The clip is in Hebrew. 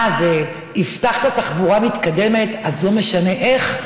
מה זה, הבטחת תחבורה מתקדמת, אז לא משנה איך?